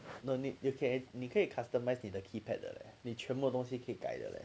no need you can 你可以 customise 你的 keypad 的 leh 你全部的东西可以改的 leh